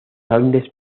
andes